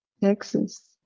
Texas